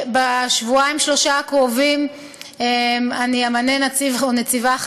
בשבועיים-שלושה הקרובים אמנה נציב חדש, או נציבה.